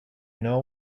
know